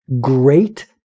Great